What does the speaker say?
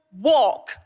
walk